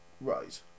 right